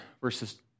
verses